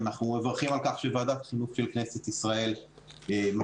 אנחנו מברכים על כך שוועדת החינוך של כנסת ישראל מפגינה